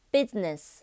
Business